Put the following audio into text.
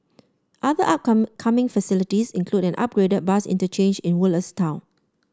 other up coming facilities include an upgraded bus interchange in Woodlands town